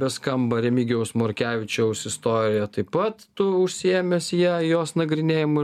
tebeskamba remigijaus morkevičiaus istorija taip pat tu užsiėmęs ja jos nagrinėjamu